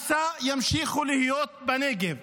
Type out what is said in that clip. שימשיכו להיות צווי הריסה בנגב.